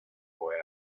boy